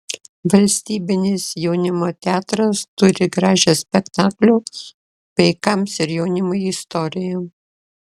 valstybinis jaunimo teatras turi gražią spektaklių vaikams ir jaunimui istoriją